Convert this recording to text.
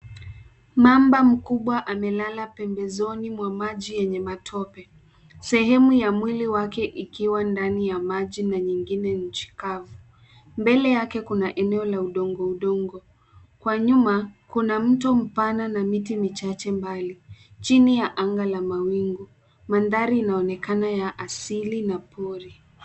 Mamba mkubwa amelala pembezoni mwa maji yenye matope, sehemu ya mwili wake ikiwa ndani ya maji na nyingine nchi kavu. Mbele yake kuna eneo la udongo udongo, kwa nyuma kuna mto mpana na miti michache mbali chini ya naga la mawingu. Mandhari ni ya asili na pori.